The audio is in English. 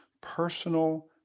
personal